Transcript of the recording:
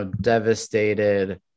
devastated